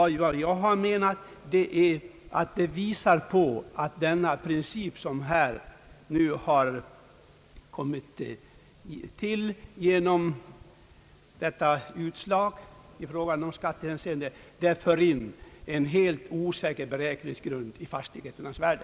Detta visar enligt min mening att den princip som nu har tillkommit genom skatteutslaget för in en osäker grund vid fastställandet av fastigheternas värde.